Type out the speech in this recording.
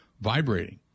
vibrating